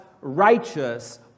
righteous